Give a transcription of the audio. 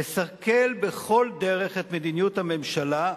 לסכל בכל דרך את מדיניות הממשלה,